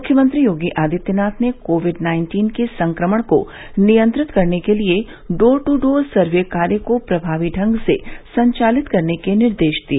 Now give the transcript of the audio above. मुख्यमंत्री योगी आदित्यनाथ ने Covid nineteen के संक्रमण को नियंत्रित करने के लिए डोर टू डोर सर्वे कार्य को प्रभावी ढंग से संचालित करने के निर्देश दिए